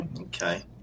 Okay